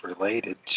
related